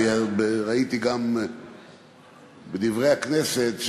ראיתי ב"דברי הכנסת",